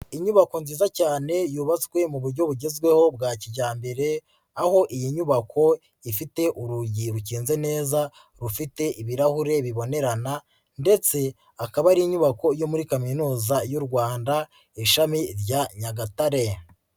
Inyubako nziza cyane yubatswe mu buryo bugezweho bwa kijyambere, aho iyi nyubako ifite urugi rukinze neza rufite ibirahure bibonerana ndetse akaba ari inyubako yo muri Kaminuza y'u Rwanda ishami rya Nyagatare.